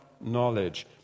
knowledge